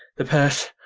the purse.